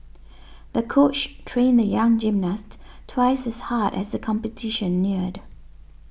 the coach trained the young gymnast twice as hard as the competition neared